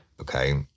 Okay